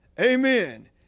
Amen